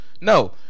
No